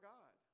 God